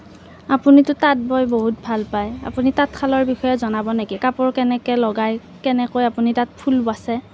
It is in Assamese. আপুনিতো তাত বৈ বহুত ভাল পায় আপুনি তাঁতশালৰ বিষয়ে জনাব নেকি কাপোৰ কেনেকে লগায় কেনেকৈ আপুনি তাত ফুল বাচে